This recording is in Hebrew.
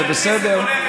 זה בסדר.